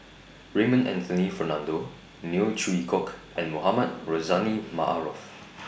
Raymond Anthony Fernando Neo Chwee Kok and Mohamed Rozani Maarof